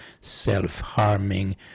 self-harming